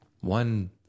One